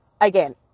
again